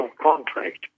contract